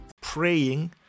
Praying